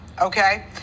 okay